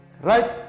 right